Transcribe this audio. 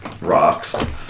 Rocks